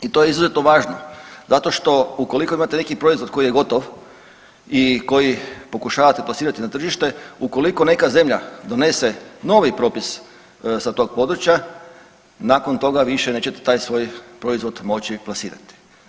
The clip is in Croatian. I to je izuzetno važno zato što ukoliko imate neki proizvod koji je gotov i koji pokušavate plasirati na tržište ukoliko neka zemlja donese novi propis sa tog područja nakon toga više nećete taj svoj proizvod moći plasirati.